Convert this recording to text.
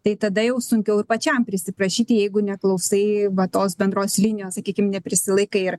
tai tada jau sunkiau pačiam prisiprašyti jeigu neklausai va tos bendros linijos sakykim neprisilaikai ir